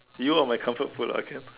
you are my comfort food lah can